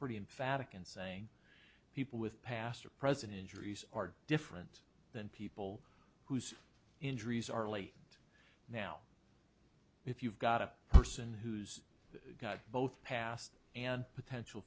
pretty emphatic in saying people with past or present injuries are different than people whose injuries are only now if you've got a person who's got both past and potential